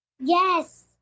Yes